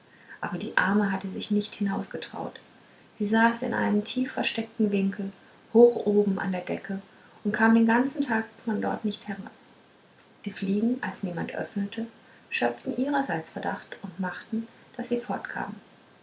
aber die arme hatte sich nicht hinausgetraut sie saß in einem tief versteckten winkel hoch oben an der decke und kam den ganzen tag von dort nicht herab die fliegen als niemand öffnete schöpften ihrerseits verdacht und machten daß sie fortkamen